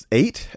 eight